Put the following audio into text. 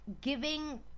giving